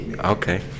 Okay